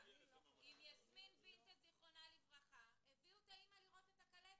עם יסמין וינטה זיכרונה לברכה הביאו את האם לראות את הקלטת.